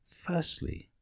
Firstly